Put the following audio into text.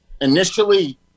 initially